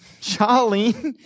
Charlene